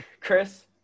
Chris